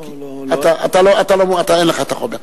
אני לא, אין לך החומר.